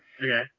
Okay